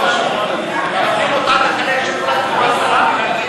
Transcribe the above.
מותר לחלק שוקולד במליאה?